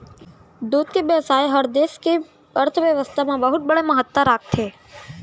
दूद के बेवसाय हर देस के अर्थबेवस्था म बहुत बड़े महत्ता राखथे